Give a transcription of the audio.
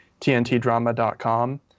tntdrama.com